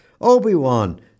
Obi-Wan